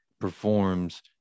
performs